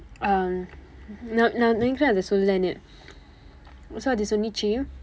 um நான் நான் நினைக்கிறேன் அது சொல்லுலனு:naan naan ninaikkireen athu sollulanu so அது சொன்னது:athu sonnathu